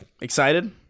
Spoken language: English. Excited